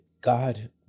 God